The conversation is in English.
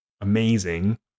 amazing